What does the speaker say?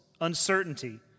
uncertainty